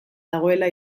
dagoela